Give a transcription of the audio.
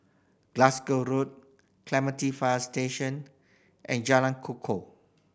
Glasgow Road Clementi Fire Station and Jalan Kukoh